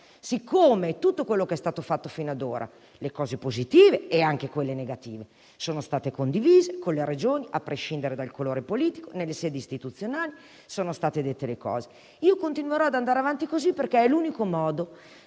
Siccome tutto quello che è stato fatto fino ad ora (le cose positive e quelle negative) è stato condiviso con le Regioni, a prescindere dal colore politico, e nelle sedi istituzionali, continuerò ad andare avanti così, perché è l'unico modo